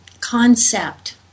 concept